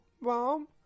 Mom